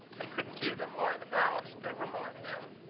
i couldn't leave them lying about. never mind them.